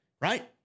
Right